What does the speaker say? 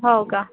हो का